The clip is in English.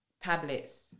Tablets